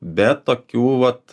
bet tokių vat